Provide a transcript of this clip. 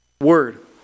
Word